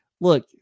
look